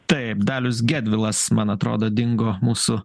taip dalius gedvilas man atrodo dingo mūsų